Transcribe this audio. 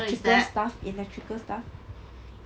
electrical stuff electrical stuff